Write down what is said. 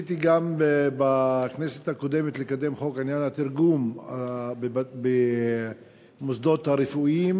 ניסיתי גם בכנסת הקודמת לקדם חוק בעניין התרגום במוסדות הרפואיים,